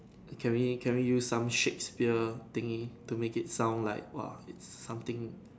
can we can we use some Shakespeare thingy to make it sound like !woah! it's something